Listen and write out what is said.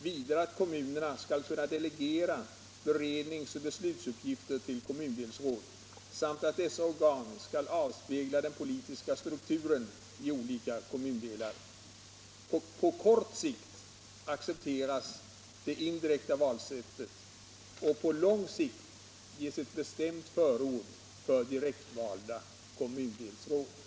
Vidare att kommunerna skall kunna delegera berednings och beslutsuppgifter till kommundelsråd, samt att dessa organ skall avspegla den politiska strukturen i olika kommundelar. På kort sikt accepteras det indirekta valsättet; och på lång sikt ges ett bestämt förord för direktvalda kommundelsråd. Herr talman!